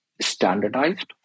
standardized